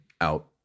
out